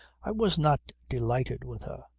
i was not delighted with her.